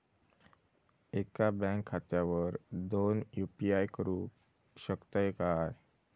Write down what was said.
एका बँक खात्यावर दोन यू.पी.आय करुक शकतय काय?